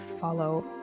follow